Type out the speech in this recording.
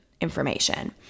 information